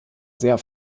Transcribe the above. sehr